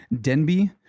Denby